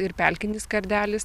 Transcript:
ir pelkinis kardelis